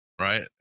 right